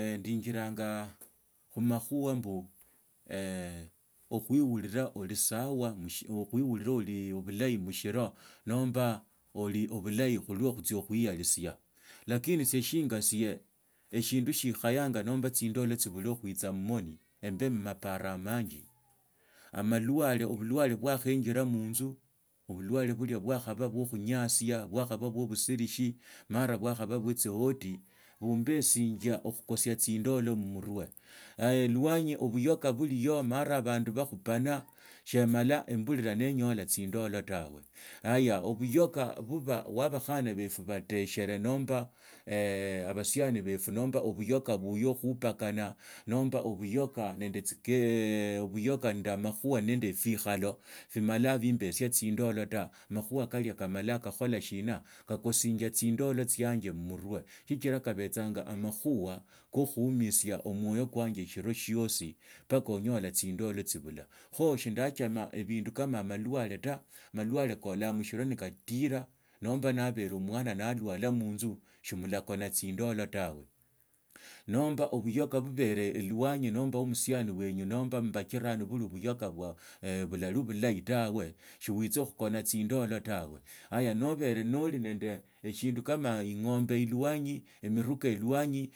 Ndiinjiranga khumakhuha mbu okhuerila oli sasiokhuewrila mbu oli bulahi mushila nomba oli bulahi khuluso khutsia khuiyalitsia lakini lse shinga sie eshindu siikhayanga nomba tsindolo tsibule khuitsia mmoni emba mmaparo amanji ubulwale bwakhae njira munzu obusawale bulia bwakhaba buo khuyasia bwakhaba buso busilishi maia bwakhababutsihadi bumbasinjia okhukosia tsindola mmufwe elwanyi ebuyoka buliya man abandu bakhupana shemala emburiraa nanyala tsindola tawe obuyokha buba bwa bakhana bafu batesheree nomba abasianibafu nomba obusyoka buyofu bwupakanaa nomba obuyoka nende amakhusha nenda ebikhoala bimali bihesi tsindalo ta amakhuha kalia kamala kakhola shino kakosinja tsindola tsianja mmuruva sichira kabatsanga amakhuha ko kuhumisia mwoyo kwanje esiro shiosi mpaka onyola tsindolo tsibula kho shindochoma ebindu kama aonalwale ta amalwale kaholanga mushio ne katira nomba naberi omwana omwana nalwala munzu shimulakona tsindola lawa numba obuyoka bubaraa elwanyi nomba wo musiani wenywe nomba mubajirani buli buyoka bulari bulahi tawe shuwitsa khukona tsindoko tawe haya noli nenda shindu kama ing’omba ilwanyi emiruka elwanyi.